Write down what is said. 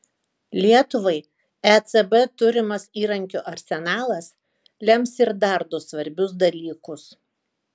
lietuvai ecb turimas įrankių arsenalas lems ir dar du svarbius dalykus